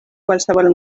qualsevol